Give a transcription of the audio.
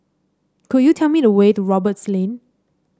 could you tell me the way to Roberts Lane